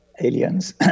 aliens